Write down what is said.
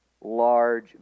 large